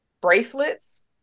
bracelets